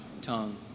tongue